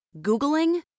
Googling